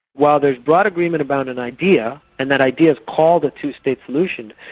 while there's broad agreement about an idea, and that idea's called the two-state solution,